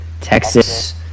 Texas